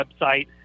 website